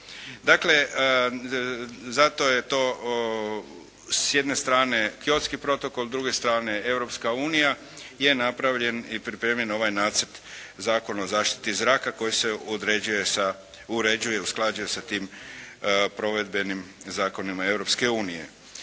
Dakle, zato je to s jedne strane Kyotski protokol, s druge strane Europska unija, je napravljen i pripremljen ovaj Nacrt zakona o zaštiti zraka koji se uređuje, usklađuje sa tim provedbenim zakonima Europske unije.